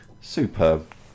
superb